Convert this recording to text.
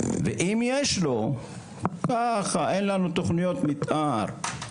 ואם יש לו, אין לנו תוכניות מתאר,